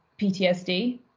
PTSD